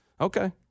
Okay